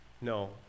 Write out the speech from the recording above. No